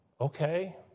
Okay